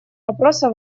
вопроса